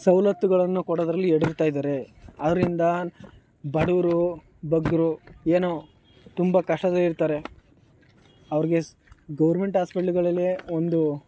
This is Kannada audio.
ಸವಲತ್ತುಗಳನ್ನು ಕೊಡೋದರಲ್ಲಿ ಎಡವ್ತಾಯಿದ್ದಾರೆ ಆದ್ದರಿಂದ ಬಡವರು ಬಗ್ಗರು ಏನೋ ತುಂಬ ಕಷ್ಟದಲ್ಲಿರ್ತಾರೆ ಅವ್ರಿಗೆ ಸ್ ಗೌರ್ಮೆಂಟ್ ಆಸ್ಪೆಟ್ಲ್ಗಳಲ್ಲಿಯೇ ಒಂದು